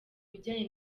bijyanye